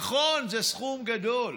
נכון, זה סכום גדול,